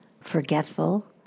forgetful